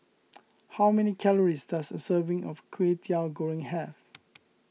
how many calories does a serving of Kway Teow Goreng have